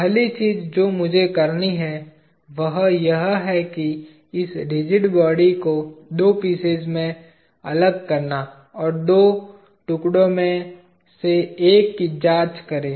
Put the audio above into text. पहली चीज जो मुझे करनी है वह यह है कि इस रिजिड बॉडी को दो पीसेज में अलग करें और दो टुकड़ों में से एक की जांच करें